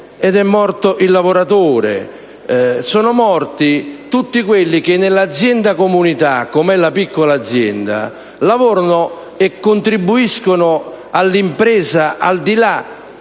ed è morto il lavoratore: sono morti tutti quelli che in un'«azienda comunità», qual è la piccola azienda, lavorano e contribuiscono all'impresa, al di là